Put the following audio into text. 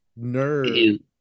nerd